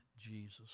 Jesus